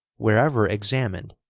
wherever examined,